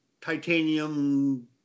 titanium